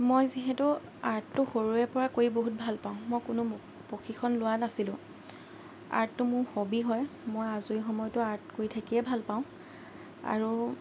মই যিহেতু আৰ্টটো সৰুৰেপৰা কৰি বহুত ভালপাওঁ মই কোনো প্ৰশিক্ষণ লোৱা নাছিলোঁ আৰ্টটো মোৰ হবি হয় মই আজৰি সময়তো আৰ্ট কৰি থাকিয়েই ভালপাওঁ আৰু